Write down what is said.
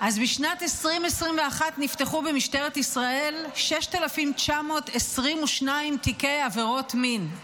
אז בשנת 2021 נפתחו במשטרת ישראל 6,922 תיקי עבירות מין.